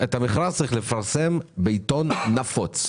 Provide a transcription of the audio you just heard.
"את המכרז צריך לפרסם בעיתון נפוץ".